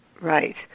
Right